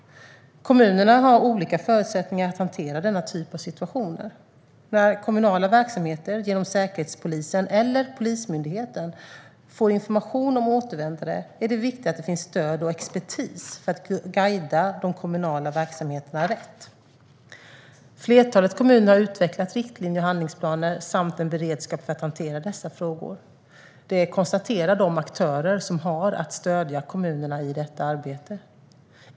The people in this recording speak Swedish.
Kommunerna har olika förutsättningar att hantera denna typ av situationer. När kommunala verksamheter, genom Säkerhetspolisen eller Polismyndigheten, får information om återvändare är det viktigt att det finns stöd och expertis för att guida de kommunala verksamheterna rätt. Flertalet kommuner har utvecklat riktlinjer och handlingsplaner samt en beredskap för att hantera dessa frågor. Det konstaterar de aktörer som har att stödja kommunerna i detta arbete.